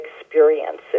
experiences